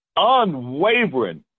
Unwavering